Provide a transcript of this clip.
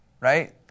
right